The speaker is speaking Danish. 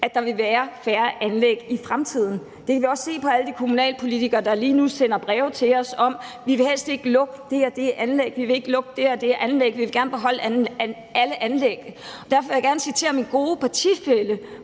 at der vil være færre anlæg i fremtiden. Det kan man også se på alle de kommunalpolitikere, der lige nu sender breve til os med: Vi vil helst ikke lukke det og det anlæg; vi vil ikke lukke det og det anlæg; vi vil gerne beholde alle anlæg. Derfor vil jeg gerne citere min gode partifælle